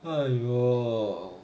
!aiyo!